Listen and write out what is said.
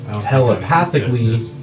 telepathically